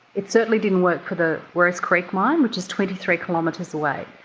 it certainly didn't work for the werris creek mine which is twenty three kilometres away.